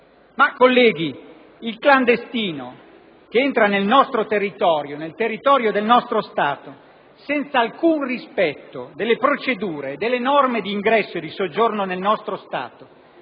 Ma, colleghi, il clandestino che entra nel territorio del nostro Stato, senza alcun rispetto delle procedure, delle norme d'ingresso e di soggiorno nel nostro Stato,